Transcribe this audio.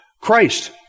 Christ